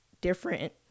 different